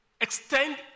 extend